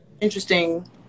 interesting